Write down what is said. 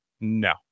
No